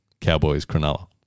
Cowboys-Cronulla